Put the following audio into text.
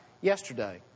yesterday